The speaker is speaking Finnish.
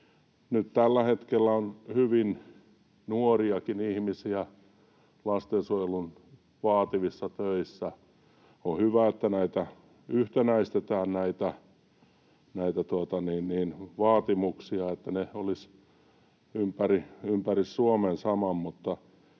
Nyt tällä hetkellä on hyvin nuoriakin ihmisiä lastensuojelun vaativissa töissä. On hyvä, että yhtenäistetään näitä vaatimuksia, että ne olisivat ympäri Suomen samat.